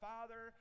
Father